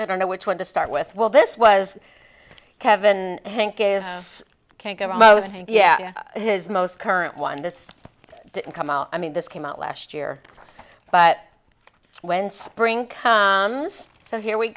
i don't know which one to start with well this was kevin hank is can't come i was and yeah his most current one this didn't come out i mean this came out last year but when spring comes so here we